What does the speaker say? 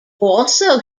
also